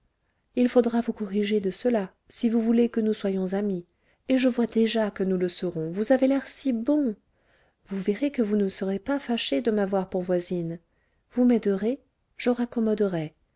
il faudra vous corriger de cela si vous voulez que nous soyons amis et je vois déjà que nous le serons vous avez l'air si bon vous verrez que vous ne serez pas fâché de m'avoir pour voisine vous m'aiderez je raccommoderai